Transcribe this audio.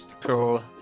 Cool